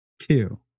two